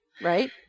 right